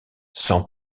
sans